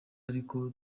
ariko